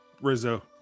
Rizzo